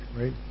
right